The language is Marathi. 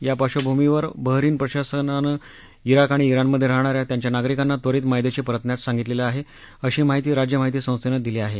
या पार्श्वभूमीवर बहरिन प्रशासनानं विवक आणि ज्ञाणमधे राहणाऱ्या त्यांच्या नागरिकांना त्वरीत मायदेशी परतण्यास सांगितलं आहे अशी माहिती राज्य माहिती संस्थेनं दिली आहे